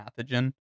pathogen